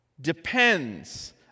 depends